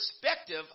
perspective